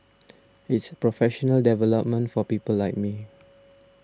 it's professional development for people like me